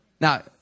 Now